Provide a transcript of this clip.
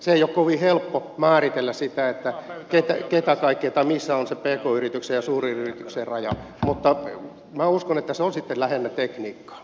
ei ole kovin helppo määritellä sitä keitä kaikkia tai missä on se pk yrityksen ja suuren yrityksen raja mutta minä uskon että se on sitten lähinnä tekniikkaa